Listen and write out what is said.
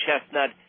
Chestnut